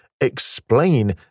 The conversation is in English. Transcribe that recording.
explain